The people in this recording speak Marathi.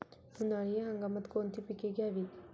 उन्हाळी हंगामात कोणती पिके घ्यावीत?